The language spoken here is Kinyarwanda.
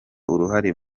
uruhare